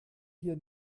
hier